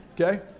Okay